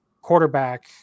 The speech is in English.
quarterback